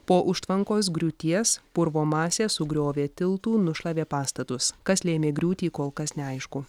po užtvankos griūties purvo masė sugriovė tiltų nušlavė pastatus kas lėmė griūtį kol kas neaišku